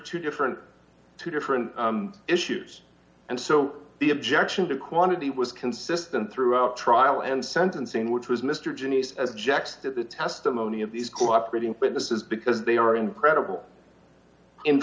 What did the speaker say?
two different two different issues and so the objection to quantity was consistent throughout trial and sentencing which was mr ginny's as objects to the testimony of these cooperating witnesses because they are incredible in